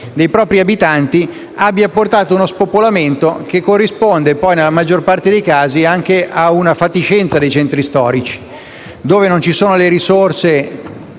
dei propri abitanti abbiano portato uno spopolamento che corrisponde, nella maggior parte dei casi, anche a una fatiscenza dei centri storici. Dove non ci sono le risorse